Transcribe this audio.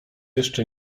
jeszcze